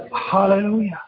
Hallelujah